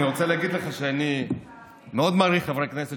אני רוצה להגיד לך שאני מאוד מעריך חברי כנסת